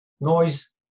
Noise